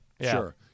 sure